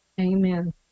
Amen